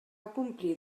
complir